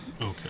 Okay